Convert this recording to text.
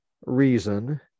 reason